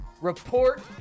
Report